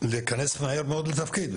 להיכנס מהר מאוד לתפקיד.